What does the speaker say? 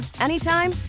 anytime